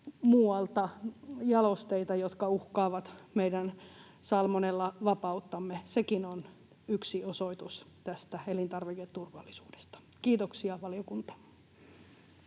muualta jalosteita, jotka uhkaavat meidän salmonellavapauttamme. Sekin on yksi osoitus tästä elintarviketurvallisuudesta. — Kiitoksia, valiokunta.